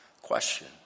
Question